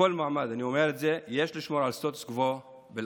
בכל מעמד אני אומר את זה: יש לשמור על סטטוס קוו באל-אקצא.